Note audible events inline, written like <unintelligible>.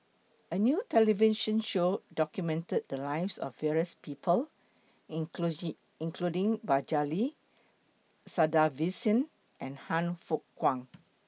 A New television Show documented The Lives of various People <unintelligible> including Balaji Sadasivan and Han Fook Kwang